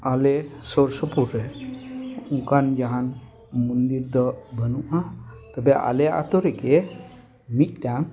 ᱟᱞᱮ ᱥᱩᱨ ᱥᱩᱯᱩᱨ ᱨᱮ ᱚᱱᱠᱟᱱ ᱡᱟᱦᱟᱱ ᱢᱚᱱᱫᱤᱨ ᱫᱚ ᱵᱟᱹᱱᱩᱜᱼᱟ ᱛᱚᱵᱮ ᱟᱞᱮ ᱟᱛᱳ ᱨᱮᱜᱮ ᱢᱤᱫᱴᱟᱝ